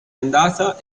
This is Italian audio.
andata